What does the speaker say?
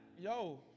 yo